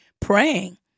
praying